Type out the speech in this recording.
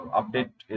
update